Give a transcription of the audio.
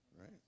right